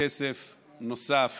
כסף נוסף